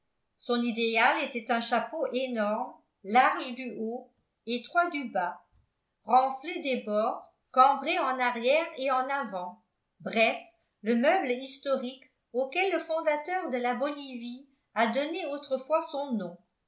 son idéal était un chapeau énorme large du haut étroit du bas renflé des bords cambré en arrière et en avant bref le meuble historique auquel le fondateur de la bolivie a donné autrefois son nom